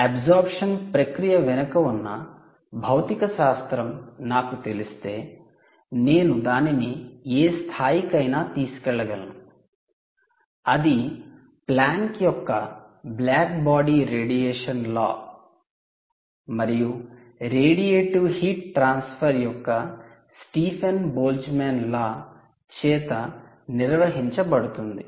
absorption ప్రక్రియ వెనుక ఉన్న భౌతికశాస్త్రం నాకు తెలిస్తే నేను దానిని ఏ స్థాయికి అయినా తీసుకెళ్లగలను అది 'ప్లాంక్ యొక్క black body radiation law Planck's law of blackbody radiation" మరియు 'రేడియేటివ్ హీట్ ట్రాన్స్ఫర్ యొక్క స్టీఫెన్ బోల్ట్జ్మాన్ లా ' చేత నిర్వహించబడుతుంది